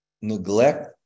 neglect